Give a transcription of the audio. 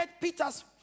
Peter's